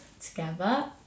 together